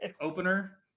opener